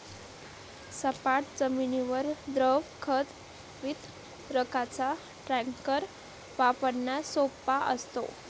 सपाट जमिनीवर द्रव खत वितरकाचा टँकर वापरण्यास सोपा असतो